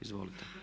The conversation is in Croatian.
Izvolite.